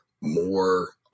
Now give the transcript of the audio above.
more